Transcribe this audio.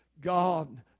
God